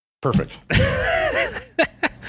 perfect